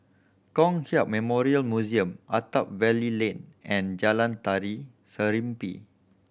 Kong Hiap Memorial Museum Attap Valley Lane and Jalan Tari Serimpi